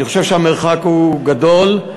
אני חושב שהמרחק גדול.